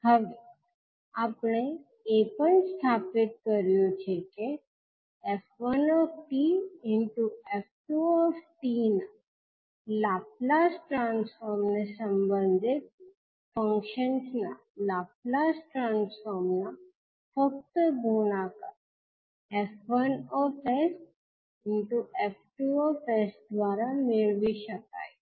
હવે આપણે એ પણ સ્થાપિત કર્યું છે કે 𝑓1𝑡 ∗ 𝑓2𝑡 ના લાપ્લાસ ટ્રાન્સફોર્મ ને સંબંધિત ફંક્શન્સ ના લાપ્લાસ ટ્રાન્સફોર્મ ના ફક્ત ગુણાકાર 𝐹1𝑠𝐹2𝑠 દ્વારા મેળવી શકાય છે